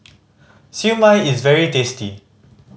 Siew Mai is very tasty